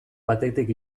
batetik